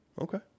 Okay